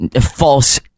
false